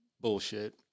bullshit